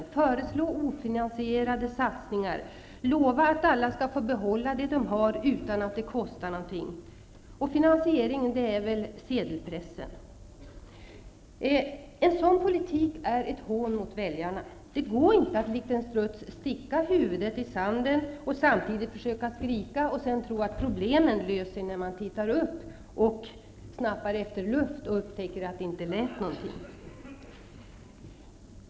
Han föreslår ofinansierade satsningar, lovar att alla skall få behålla det som de har utan att det kostar någonting. Finansieringen skall väl ske med hjälp av sedelpressen. En sådan politik är ett hån mot väljarna. Det går inte att likt en struts sticka huvudet i sanden och samtidigt skrika och tro att problemen är lösta, när man tittar upp och snappar efter luft och upptäcker att det inte hänt någonting.